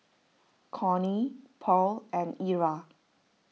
Connie Pearl and Era